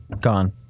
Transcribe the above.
gone